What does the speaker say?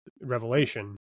revelation